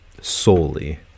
solely